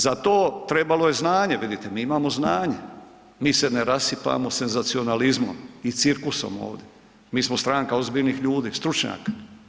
Za to je trebalo znanje, vidite mi imamo znanje, mi se ne rasipamo senzacionalizmom i cirkusom ovdje, mi smo stranka ozbiljnih ljudi stručnjaka.